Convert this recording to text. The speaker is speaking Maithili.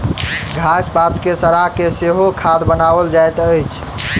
घास पात के सड़ा के सेहो खाद बनाओल जाइत अछि